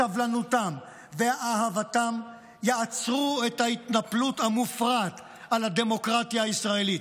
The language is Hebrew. סבלנות ואהבתם יעצרו את ההתנפלות המופרעת על הדמוקרטיה הישראלית.